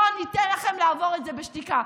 לא ניתן לכם לעבור את זה בשתיקה.